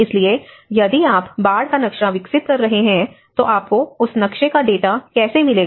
इसलिए यदि आप बाढ़ का नक्शा विकसित कर रहे हैं तो आपको उस नक्शे का डेटा कैसे मिलेगा